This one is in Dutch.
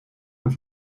een